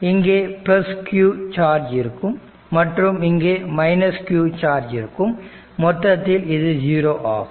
இங்கே q charge இருக்கும் மற்றும் இங்கே q சார்ஜ் இருக்கும் மொத்தத்தில் இது ஜீரோ ஆகும்